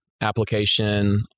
application